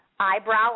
eyebrow